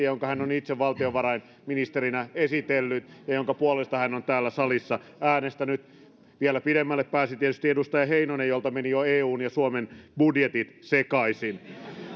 jonka hän on itse valtiovarainministerinä esitellyt ja jonka puolesta hän on täällä salissa äänestänyt vielä pidemmälle pääsi tietysti edustaja heinonen jolta meni jo eun ja suomen budjetit sekaisin